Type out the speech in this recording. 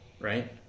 right